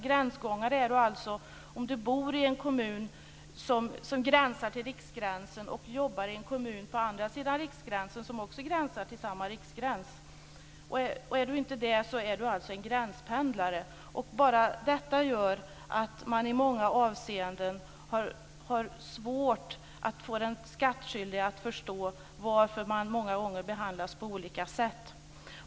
Gränsgångare är den som bor i en kommun som gränsar till riksgränsen och jobbar i en kommun på andra sidan riksgränsen, som också gränsar till samma riksgräns. Är du inte det är du alltså en gränspendlare. Bara detta gör att man i många avseenden har svårt att få den skattskyldige att förstå varför människor många gånger behandlas på olika sätt.